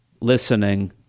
listening